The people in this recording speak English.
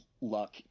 luck